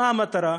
מה המטרה?